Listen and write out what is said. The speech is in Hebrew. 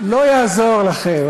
לא יעזור לכם,